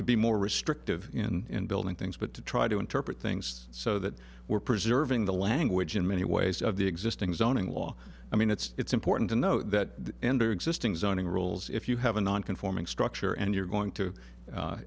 to be more restrictive in building things but to try to interpret things so that we're preserving the language in many ways of the existing zoning law i mean it's important to know that ender existing zoning rules if you have a non conforming structure and you're going to